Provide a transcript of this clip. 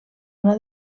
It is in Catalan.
una